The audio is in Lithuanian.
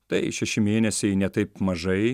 tai šeši mėnesiai ne taip mažai